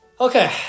Okay